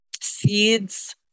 Seeds